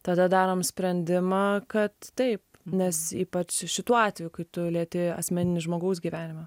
tada darom sprendimą kad taip nes ypač šituo atveju kai tu lieti asmeninį žmogaus gyvenimą